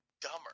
dumber